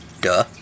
Duh